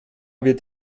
wird